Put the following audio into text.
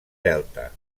delta